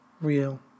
real